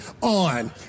on